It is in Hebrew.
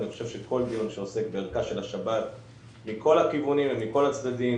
אני חושב שכל דיון שעוסק בערכה של השבת מכל הכיוונים ומכל הצדדים,